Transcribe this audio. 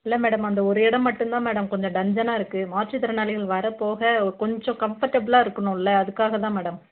இல்லை மேடம் அந்த ஒரு இடம் மட்டுந்தான் மேடம் கொஞ்சம் டஞ்சனாக இருக்குது மாற்றுத்திறனாளிகள் வர போக கொஞ்சம் கம்ஃபர்டபிளாக இருக்கணுல்ல அதுக்காக தான் மேடம்